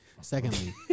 Secondly